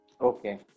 Okay